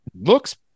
looks